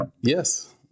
Yes